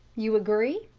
you agree.